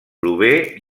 prové